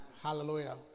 Hallelujah